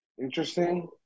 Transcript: Interesting